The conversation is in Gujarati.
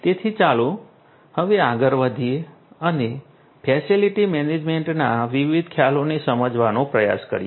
તેથી ચાલો હવે આગળ વધીએ અને ફેસિલિટી મેનેજમેન્ટના વિવિધ ખ્યાલોને સમજવાનો પ્રયાસ કરીએ